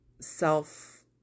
self